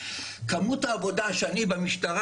אני אצטרך להשקיע כמות עבודה וזמן במשטרה